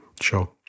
sure